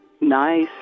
nice